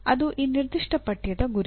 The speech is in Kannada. ಅದು ಈ ನಿರ್ದಿಷ್ಟ ಪಠ್ಯದ ಗುರಿ